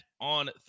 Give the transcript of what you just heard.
on